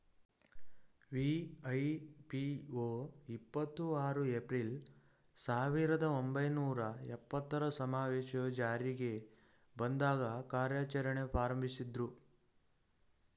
ವಿ.ಐ.ಪಿ.ಒ ಇಪ್ಪತ್ತು ಆರು ಏಪ್ರಿಲ್, ಸಾವಿರದ ಒಂಬೈನೂರ ಎಪ್ಪತ್ತರ ಸಮಾವೇಶವು ಜಾರಿಗೆ ಬಂದಾಗ ಕಾರ್ಯಾಚರಣೆ ಪ್ರಾರಂಭಿಸಿದ್ರು